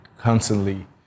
constantly